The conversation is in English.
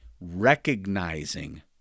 recognizing